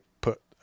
put